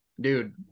dude